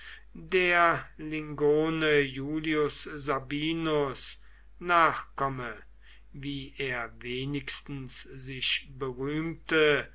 der lingone iulius sabinus nachkomme wie er wenigstens sich